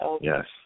yes